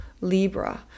Libra